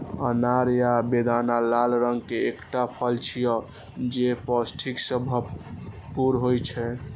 अनार या बेदाना लाल रंग के एकटा फल छियै, जे पौष्टिकता सं भरपूर होइ छै